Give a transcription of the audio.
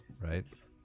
right